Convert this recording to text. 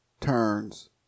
turns